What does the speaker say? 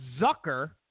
Zucker